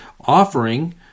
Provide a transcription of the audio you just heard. offering